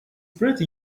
pretty